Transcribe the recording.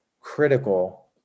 critical